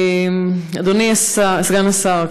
אדוני סגן השר,